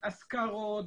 אזכרות,